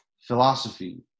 philosophy